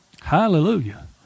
Hallelujah